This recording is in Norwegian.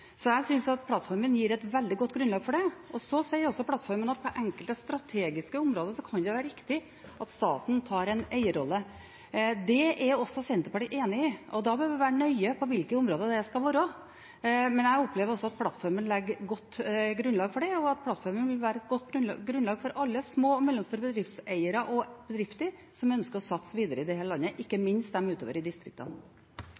plattformen gir et veldig godt grunnlag for det. Så sier også plattformen at på enkelte strategiske områder kan det være riktig at staten tar en eierrolle. Det er også Senterpartiet enig i, og da bør vi være nøye på hvilke områder det skal være. Men jeg opplever også at plattformen legger et godt grunnlag for det, og at plattformen vil være et godt grunnlag for alle små og mellomstore bedriftseiere og bedrifter som ønsker å satse videre i dette landet, ikke